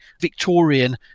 Victorian